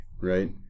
right